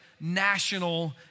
national